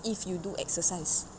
if you do exercise